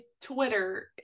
Twitter